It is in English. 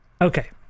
okay